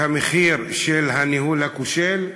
שילמו את המחיר של הניהול הכושל שלו?